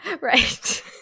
Right